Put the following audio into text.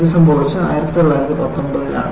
ഇത് സംഭവിച്ചത് 1919 ലാണ്